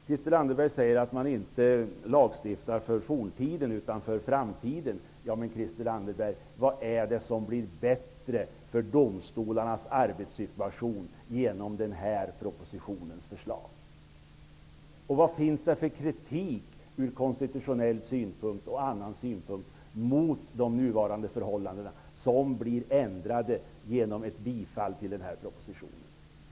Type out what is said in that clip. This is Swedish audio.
Christel Anderberg säger att vi inte lagstiftar för forntiden utan för framtiden. Vad är det som blir bättre i domstolarnas arbetssituation genom den här propositionen, Christel Anderberg? Vad finns det för kritik ur konstitutionella och andra synpunkter mot de nuvarande förhållandena, som blir ändrade genom ett bifall till den här propositionen?